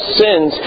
sins